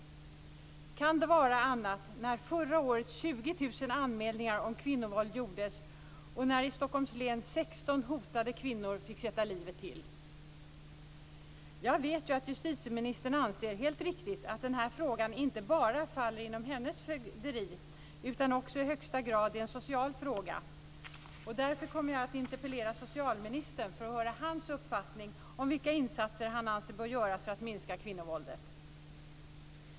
Kan det vara annat när det förra året gjordes 20 000 anmälningar om kvinnovåld och när 16 hotade kvinnor i Stockholms län fick sätta livet till? Jag vet ju att justitieministern anser, helt riktigt, att denna fråga inte bara faller inom hennes fögderi utan också i högsta grad är en social fråga. Därför kommer jag också att interpellera socialministern för att höra hans uppfattning om vilka insatser han anser bör göras för att minska kvinnovåldet.